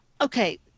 Okay